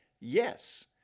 Yes